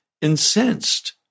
incensed